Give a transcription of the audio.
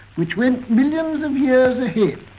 which went millions of years ahead,